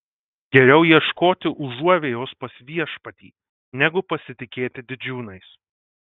geriau ieškoti užuovėjos pas viešpatį negu pasitikėti didžiūnais